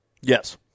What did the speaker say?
Yes